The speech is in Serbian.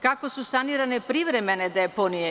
Kako su sanirane privremene deponije?